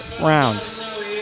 round